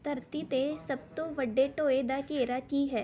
ਧਰਤੀ 'ਤੇ ਸਭ ਤੋਂ ਵੱਡੇ ਟੋਏ ਦਾ ਘੇਰਾ ਕੀ ਹੈ